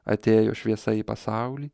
atėjo šviesa į pasaulį